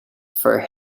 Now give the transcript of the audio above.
for